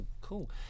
cool